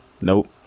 Nope